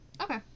Okay